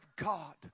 God